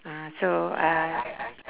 ah so uh